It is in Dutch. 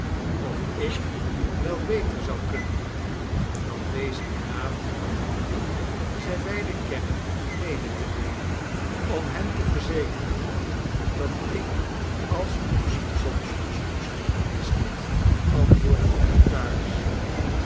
of ik wel beter zou kunnen doen dan dezen knaap dien zij beide kennen mede te nemen om hen te verzekeren dat ik als hun vriend kom gewis niet antwoordde de notaris